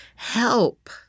Help